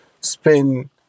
spend